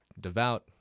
devout